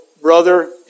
brother